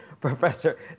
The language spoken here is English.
Professor